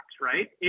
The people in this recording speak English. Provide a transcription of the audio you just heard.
right